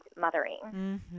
mothering